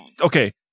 okay